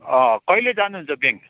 कहिले जानु हुन्छ ब्याङ्क